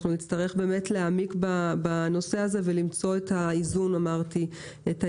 אנחנו נצטרך באמת להעמיק בנושא הזה ולמצוא את האיזון הראוי.